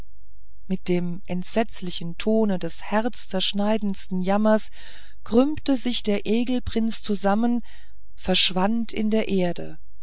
mit dem entsetzlichen tone des herzzerschneidendsten jammers krümmte sich der egelprinz zusammen verschwand in der erde